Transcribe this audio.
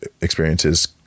experiences